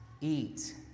eat